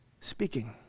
speaking